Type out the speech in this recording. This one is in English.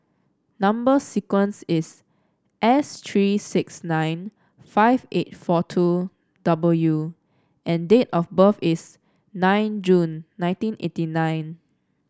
number sequence is S three six nine five eight four two W and date of birth is nine June nineteen eighty nine